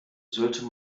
sollte